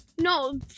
No